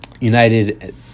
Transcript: United